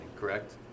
correct